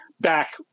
back